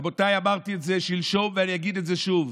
רבותיי, אמרתי את זה שלשום ואני אגיד את זה שוב: